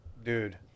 Dude